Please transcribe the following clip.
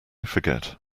forget